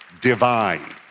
divine